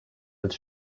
als